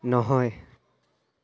নহয়